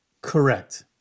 Correct